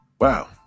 Wow